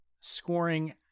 scoring